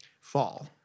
Fall